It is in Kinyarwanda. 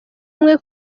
umwe